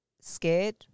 scared